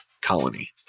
colony